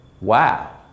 Wow